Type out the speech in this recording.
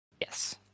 Yes